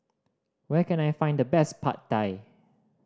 where can I find the best Pad Thai